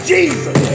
Jesus